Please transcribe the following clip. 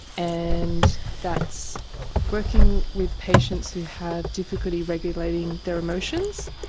and that's working with patients who have difficulty regulating their emotions.